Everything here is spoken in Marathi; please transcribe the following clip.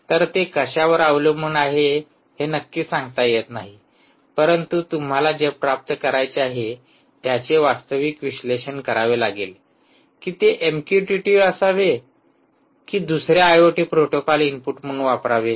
तर ते कशावर अवलंबून आहे हे नक्की सांगता येत नाही परंतु तुम्हाला जे प्राप्त करायचे आहे त्याचे वास्तविक विश्लेषण करावे लागेल की ते एमक्यूटीटी असावे की ते दुसरे आयओटी प्रोटोकॉल इनपुट म्हणून वापरावे